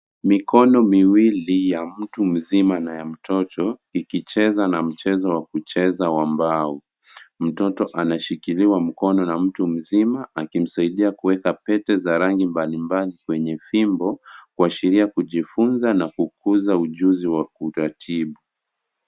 Mikono miwili ya mtu mzima na ya mtoto ikicheza na mchezo wa kucheza wa mbao. Mtoto anashikiliwa mkono na mtu mzima akimsaidia kuweka pete za rangi mbalimbali kwenye fimbo kuashiria kujifunza na kukuza ujuzi wa kutatibu.